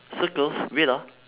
circles wait ah